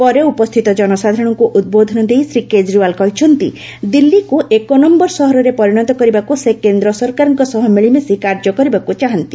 ପରେ ଉପସ୍ଥିତ ଜନସାଧାରଣଙ୍କ ଉଦ୍ବୋଧନ ଦେଇ ଶୀ କେଜିରିଓ୍ବାଲ କହିଛନ୍ତି ଦିଲ୍ଲୀକୁ ଏକନ୍ୟର ସହରରେ ପରିଣତ କରିବାକୁ ସେ କେନ୍ଦ୍ ସରକାରଙ୍କ ସହ ମିଳିମିଶି କାର୍ଯ୍ୟ କରିବାକୁ ଚାହାଁନ୍ତି